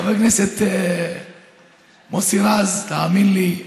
חבר הכנסת מוסי רז, תאמין לי.